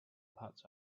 parts